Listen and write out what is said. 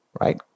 right